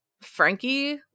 Frankie